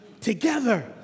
together